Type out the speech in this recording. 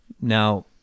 Now